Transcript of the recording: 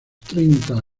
treinta